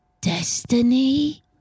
destiny